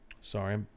Sorry